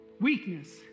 weakness